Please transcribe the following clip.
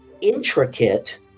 intricate